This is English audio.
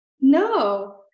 No